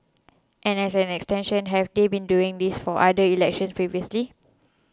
and as an extension have they been doing this for other elections previously